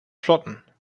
flotten